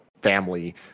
family